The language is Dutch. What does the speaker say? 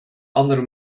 andere